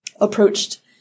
approached